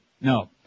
No